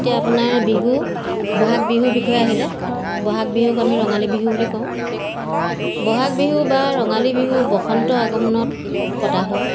এতিয়া আপোনাৰ বিহু বহাগ বিহুৰ বিষয়ে আহিলে বহাগ বিহুক আমি ৰঙালী বিহু বুলি কওঁ বহাগ বিহু বা ৰঙালী বিহু বসন্তৰ আগমনত পতা হয়